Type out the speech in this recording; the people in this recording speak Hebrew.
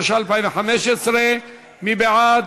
התשע"ה 2015. מי בעד?